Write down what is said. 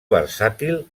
versàtil